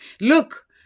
Look